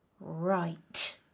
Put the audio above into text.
Right